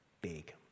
big